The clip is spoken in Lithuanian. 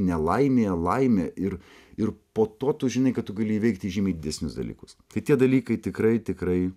nelaimė laimė ir ir po to tu žinai kad tu gali įveikti žymiai didesnius dalykus kad tie dalykai tikrai tikrai